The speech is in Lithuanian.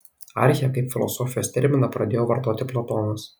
archę kaip filosofijos terminą pradėjo vartoti platonas